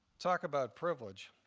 talk about privilege.